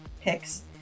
picks